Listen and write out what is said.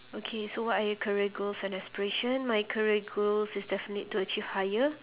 okay so what are your career goals and aspiration my career goals is definitely to achieve higher